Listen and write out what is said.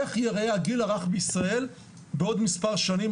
איך יראה הגיל הרך בישראל בעוד מספר שנים.